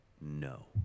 no